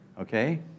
okay